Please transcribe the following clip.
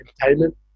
entertainment